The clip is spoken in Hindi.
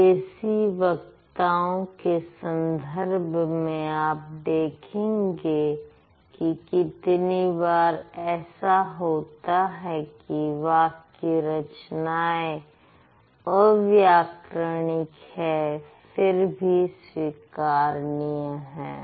देसी वक्ताओं के संदर्भ में आप देखेंगे कि कितनी बार ऐसा होता है की वाक्य रचनाएं अव्याकरणिक है फिर भी स्वीकारनीय है